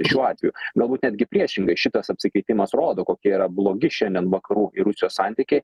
šiuo atveju galbūt netgi priešingai šitas apsikeitimas rodo kokie yra blogi šiandien vakarų ir rusijos santykiai